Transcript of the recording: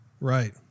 Right